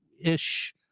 ish